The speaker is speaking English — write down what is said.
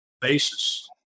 basis